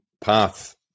path